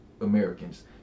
Americans